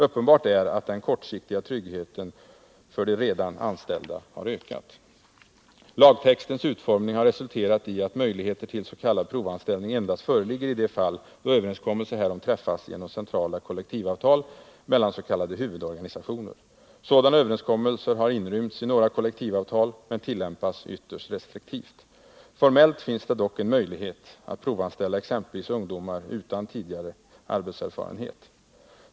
Uppenbart är att den kortsiktiga tryggheten för de redan anställda har ökat. Lagtextens utformning har resulterat i att möjligheter till s.k. provanställning endast föreligger i de fall då överenskommelse härom träffats genom centrala kollektivavtal mellan s.k. huvudorganisationer. Sådana överenskommelser har inrymts i några kollektivavtal men tillämpas ytterst restriktivt. Formellt finns det dock en möjlighet att provanställa exempelvis ungdomar utan tidigare arbetserfarenhet.